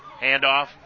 Handoff